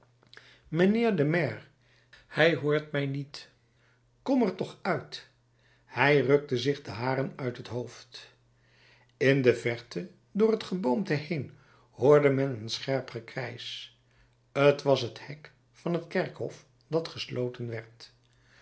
mijnheer de maire hij hoort mij niet kom er toch uit hij rukte zich de haren uit het hoofd in de verte door het geboomte heen hoorde men een scherp gekrijsch t was het hek van het kerkhof dat gesloten werd